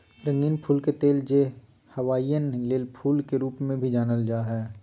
रंगीन फूल के तेल, जे हवाईयन लेई फूल के रूप में भी जानल जा हइ